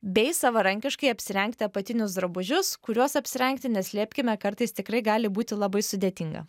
bei savarankiškai apsirengti apatinius drabužius kuriuos apsirengti neslėpkime kartais tikrai gali būti labai sudėtinga